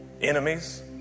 enemies